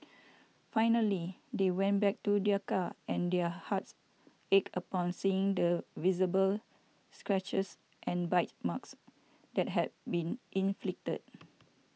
finally they went back to their car and their hearts ached upon seeing the visible scratches and bite marks that had been inflicted